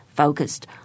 focused